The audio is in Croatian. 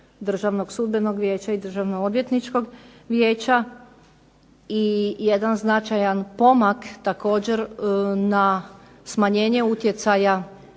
Državnog sudbenog vijeća i Državnog odvjetničkog vijeća i jedan značajan pomak na smanjenje utjecaja